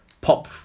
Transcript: pop